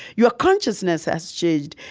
your consciousness has changed.